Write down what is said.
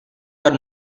are